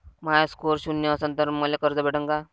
माया score शून्य असन तर मले कर्ज भेटन का?